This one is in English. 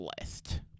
list